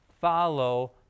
follow